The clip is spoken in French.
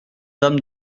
dame